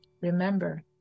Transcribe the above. Remember